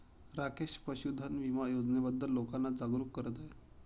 राकेश पशुधन विमा योजनेबद्दल लोकांना जागरूक करत आहे